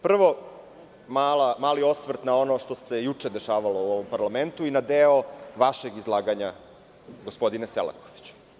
Prvo mali osvrt na ono što se juče dešavalo u ovom parlamentu i na deo vašeg izlaganja, gospodine Selakoviću.